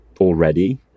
already